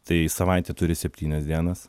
tai savaitė turi septynias dienas